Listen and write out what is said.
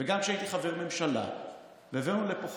וגם כשהייתי חבר ממשלה והבאנו לפה חקיקה,